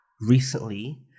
recently